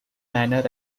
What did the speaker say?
manner